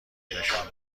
نشان